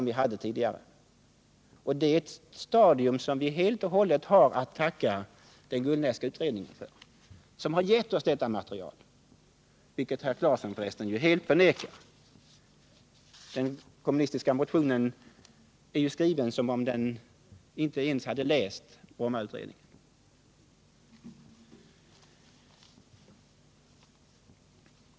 Vi har nått ett stadium där vi inte längre har den kollisionskurs som vi hade tidigare.